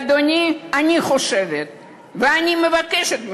ואדוני, אני חושבת ואני מבקשת ממך: